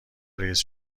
رئیس